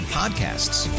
podcasts